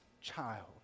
child